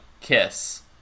Kiss